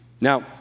Now